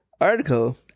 article